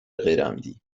غیرعمدی